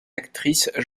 actrices